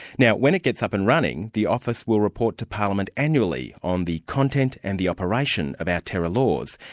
now when it gets up and running, the office will report to parliament annually on the content and the operation of our terror laws,